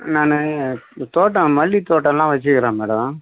நான் இந்த தோட்டம் மல்லி தோட்டலாம் வச்சிக்கிறேன் மேடம்